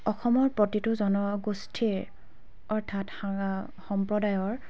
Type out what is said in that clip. অসমৰ প্ৰতিটো জনগোষ্ঠীৰ অৰ্থাৎ সাং সম্প্ৰদায়ৰ